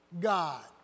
God